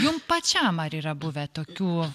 jum pačiam ar yra buvę tokių